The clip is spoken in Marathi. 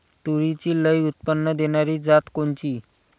तूरीची लई उत्पन्न देणारी जात कोनची?